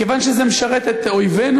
מכיוון שזה משרת את אויבינו,